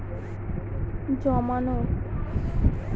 গত মাসের তোলা টাকাগুলো আমার জমানো না সরকারি অনুদান?